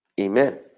Amen